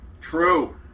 True